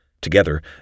Together